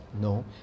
No